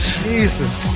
jesus